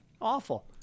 Awful